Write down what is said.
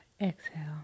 Exhale